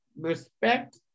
respect